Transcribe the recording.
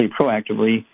proactively